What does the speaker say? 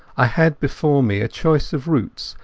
i had before me a choice of routes,